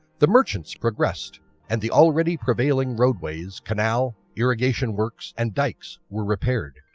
the merchants progressed and the already prevailing roadways, canal, irrigation works and dikes were repaired.